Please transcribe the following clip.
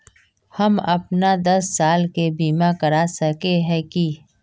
हम अपन दस साल के बीमा करा सके है की?